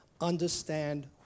understand